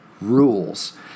rules